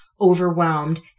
overwhelmed